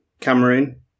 Cameroon